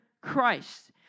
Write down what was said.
Christ